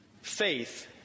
faith